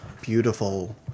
beautiful